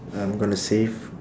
I'm gonna save